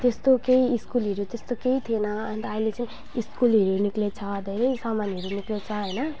त्यस्तो केही स्कुलहरू त्यस्तो केही थिएन अन्त अहिले चाहिँ स्कुलहेरू निक्लिएको छ धेरै सामानहरू निक्लिएको छ होइन